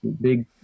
big